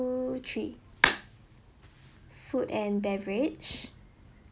two three food and beverage